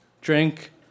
drink